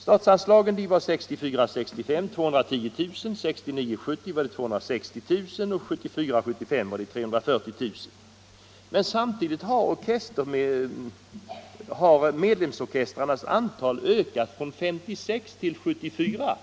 Statsanslaget uppgick 1964 70 till 260 000 och 1974/75 till 340 000 kr. Samtidigt har medlemsorkestrarrnas antal ökat från 56 till 74,